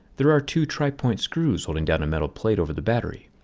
there are two tri point screws holding down a metal plate over the battery.